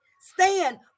stand